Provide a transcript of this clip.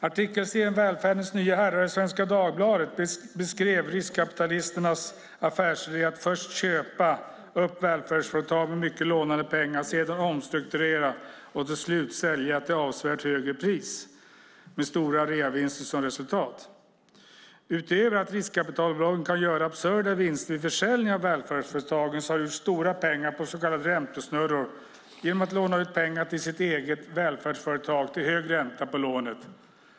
Artikelserien "Välfärdens nya herrar" i Svenska Dagbladet beskrev riskkapitalisternas affärsidé att först köpa upp välfärdsföretag med mycket lånade pengar, sedan omstrukturera och till slut sälja till avsevärt högre pris med stora reavinster som resultat. Utöver att riskkapitalbolagen kan göra absurda vinster vid försäljning av välfärdsföretag har de gjort stora pengar på så kallade räntesnurror genom att låna ut pengar till sitt eget välfärdsföretag till hög ränta.